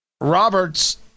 Roberts